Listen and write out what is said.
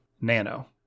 Nano